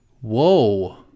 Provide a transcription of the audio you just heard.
Whoa